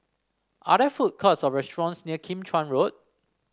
are there food courts or restaurants near Kim Chuan Road